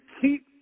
keep